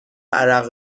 عرق